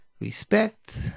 respect